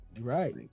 Right